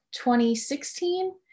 2016